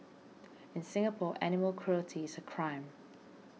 in Singapore animal cruelty is a crime